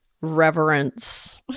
reverence